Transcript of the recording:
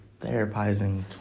therapizing